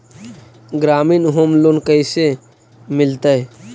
ग्रामीण home loan कैसे मिलतै?